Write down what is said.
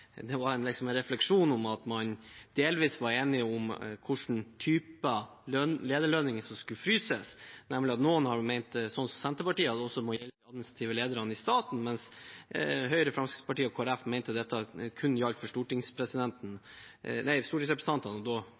forslag var en refleksjon om at man delvis var enig om hvilke typer lederlønninger som skulle fryses – nemlig at noen mente, som Senterpartiet, at det også må gjelde de administrative lederne i staten, mens Høyre, Fremskrittspartiet og Kristelig Folkeparti mente dette kun gjaldt for stortingsrepresentantene – og da også stortingspresidenten,